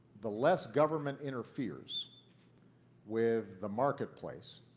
the less government interferes with the marketplace,